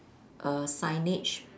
err signage